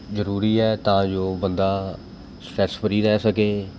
ਜ਼ਰੂਰੀ ਹੈ ਤਾਂ ਜੋ ਬੰਦਾ ਸਟ੍ਰੈਸ ਫ੍ਰੀ ਰਹਿ ਸਕੇ